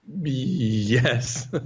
Yes